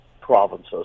provinces